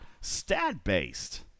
stat-based